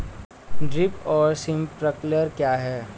Drip और sprinkler क्या हैं?